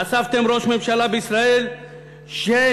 חשפתם ראש ממשלה בישראל שנכנע.